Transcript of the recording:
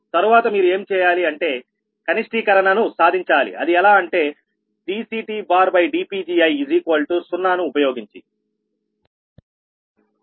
తరువాత మీరు ఏమి చేయాలి అంటే కనిష్టీకరణను సాధించాలి అది ఎలా అంటే dCTdPgi0 ను ఉపయోగించి